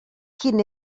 quin